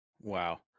Wow